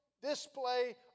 Display